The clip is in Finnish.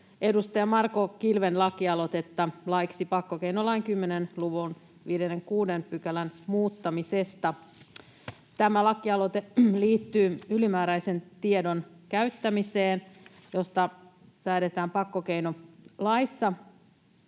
edustaja Marko Kilven lakialoitetta laiksi pakkokeinolain 10 luvun 56 §:n muuttamisesta. Tämä lakialoite liittyy ylimääräisen tiedon käyttämiseen, josta säädetään pakkokeinolaissa.